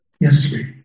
yesterday